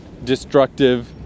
destructive